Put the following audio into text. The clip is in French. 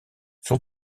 son